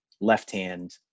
left-hand